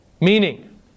Meaning